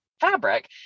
fabric